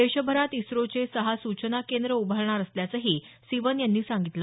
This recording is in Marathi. देशभरात इस्रोचे सहा सूचना केंद्र उभारणार असल्याचही सिवन यांनी सांगितलं